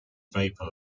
vapor